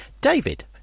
David